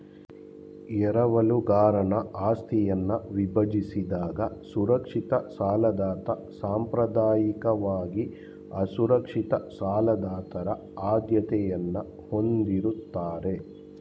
ಎರವಲುಗಾರನ ಆಸ್ತಿಯನ್ನ ವಿಭಜಿಸಿದಾಗ ಸುರಕ್ಷಿತ ಸಾಲದಾತ ಸಾಂಪ್ರದಾಯಿಕವಾಗಿ ಅಸುರಕ್ಷಿತ ಸಾಲದಾತರ ಆದ್ಯತೆಯನ್ನ ಹೊಂದಿರುತ್ತಾರೆ